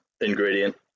ingredient